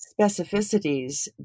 specificities